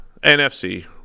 NFC